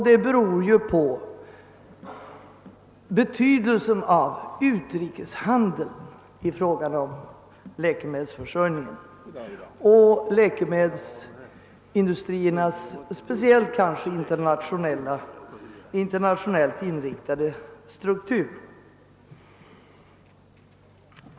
Det beror på betydelsen av utrikeshandeln i fråga om läkemedelsförsörjningen och läkemdelsindustriernas kanske speciellt internationellt inriktade struktur.